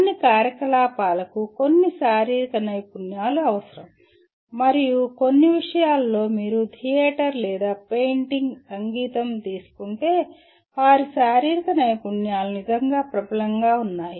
కొన్ని కార్యకలాపాలకు కొన్ని శారీరక నైపుణ్యాలు అవసరం మరియు కొన్ని విషయాలలో మీరు థియేటర్ లేదా పెయింటింగ్ సంగీతం తీసుకుంటే వారి శారీరక నైపుణ్యాలు నిజంగా ప్రబలంగా ఉన్నాయి